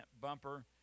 bumper